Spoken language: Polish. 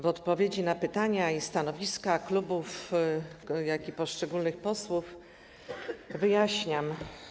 W odpowiedzi na pytania i stanowiska zarówno klubów, jak i poszczególnych posłów wyjaśniam.